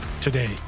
Today